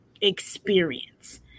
experience